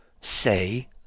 say